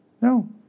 no